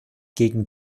gegen